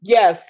Yes